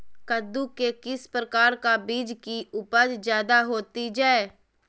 कददु के किस प्रकार का बीज की उपज जायदा होती जय?